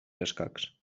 escacs